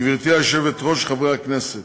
גברתי היושבת-ראש, חברי הכנסת,